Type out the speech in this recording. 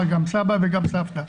גם סבא וגם סבתא.